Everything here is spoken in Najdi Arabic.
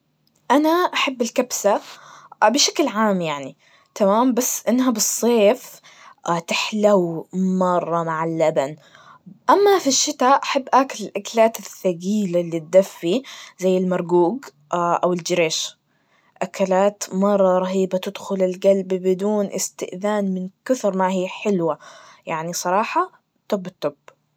أنا أحب الكبسة, بشكل عام يعني, تمام؟ بس إنها بالصيف تحلو مرة مع اللبن, أما في الشتا, أحب آكل الأكلات الثقيلة اللي تدفي, زي المرقوق, أو الجريش, أكللات مرة رهيبة, تدخل الجلب بدون إستئذان من كثر ماهي حلوة, يعني صراحة, توب التوب.